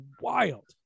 wild